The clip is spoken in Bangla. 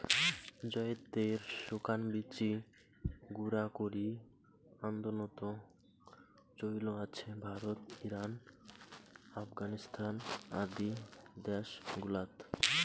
জয়িত্রির শুকান বীচি গুঁড়া করি আন্দনোত চৈল আছে ভারত, ইরান, আফগানিস্তান আদি দ্যাশ গুলাত